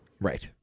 Right